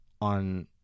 on